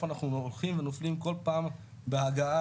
אנחנו דורכים ונופלים כל פעם בהגעה